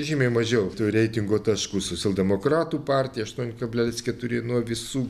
žymiai mažiau reitingo taškų socialdemokratų partija aštuoni kabelelis keturi nuo visų